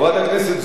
חברת הכנסת זוארץ,